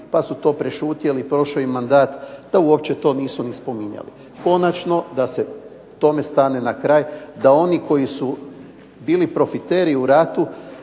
pa su to prešutjeli. Prošao je i mandat da uopće to nisu ni spominjali. Konačno da se tome stane na kraj, da oni koji su bili profiteri u ratu,